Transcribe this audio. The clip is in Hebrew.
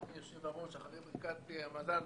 אדוני היושב-ראש, אחרי ברכת מזל טוב,